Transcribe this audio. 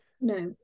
No